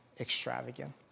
extravagant